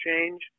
change